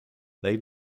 they